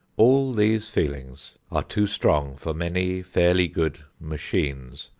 all these feelings are too strong for many fairly good machines,